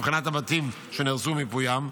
בבחינת הבתים שנהרסו ומיפויים,